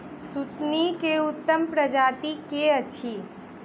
सुथनी केँ उत्तम प्रजाति केँ अछि?